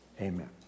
Amen